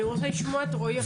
ואני רוצה לשמוע את רועי עכשיו.